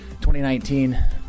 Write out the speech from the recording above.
2019